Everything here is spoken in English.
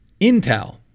Intel